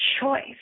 choice